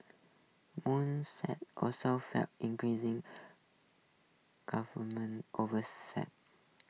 monsanto also faces increasing government oversight